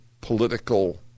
political